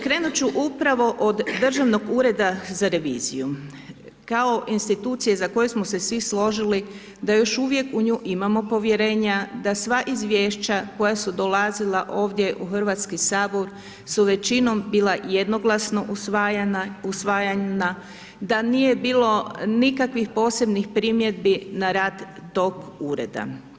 Krenut ću upravo od Državnog ureda za reviziju, kao institucije za koju smo se svi složili da još uvijek u nju imamo povjerenja, da sva izvješća koja su dolazila ovdje u HS su većinom bila jednoglasno usvajana, da nije bilo nikakvih posebnih primjedbi na rad tog ureda.